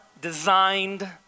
designed